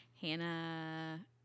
Hannah